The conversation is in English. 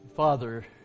Father